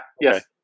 yes